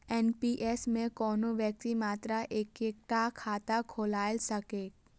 NPS मे कोनो व्यक्ति मात्र एक्के टा खाता खोलाए सकैए